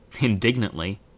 Indignantly